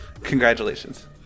congratulations